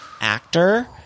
actor